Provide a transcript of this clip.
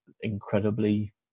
incredibly